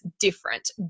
different